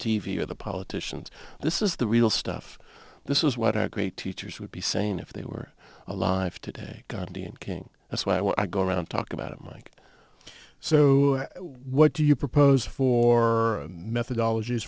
v or the politicians this is the real stuff this is what our great teachers would be saying if they were alive today gandhi and king that's why when i go around talking about it mike so what do you propose for methodology is